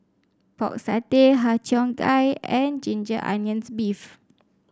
Pork Satay Har Cheong Gai and Ginger Onions beef